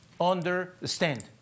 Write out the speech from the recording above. understand